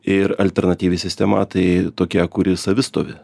ir alternatyvi sistema tai tokia kuri savistovi